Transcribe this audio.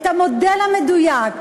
את המודל המדויק,